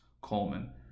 Coleman